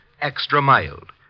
extra-mild